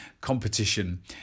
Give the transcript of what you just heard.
competition